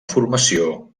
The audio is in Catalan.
formació